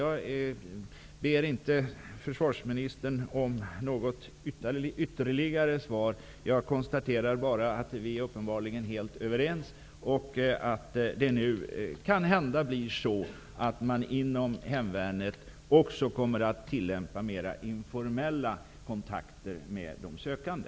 Jag ber inte försvarsministern om något ytterligare svar. Jag konstaterar bara att vi uppenbarligen är helt överens och att man inom hemvärnet kanhända kommer att ha mera informella kontakter med de sökande.